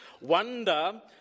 wonder